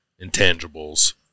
intangibles